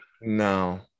No